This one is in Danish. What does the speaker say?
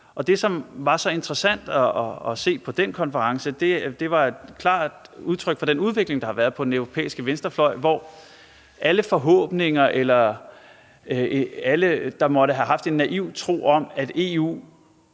det, som var så interessant at se på den konference, var et klart udtryk for den udvikling, der har været på den europæiske venstrefløj, hvor alle forhåbninger og alle, der måtte have haft en naiv tro på, at EU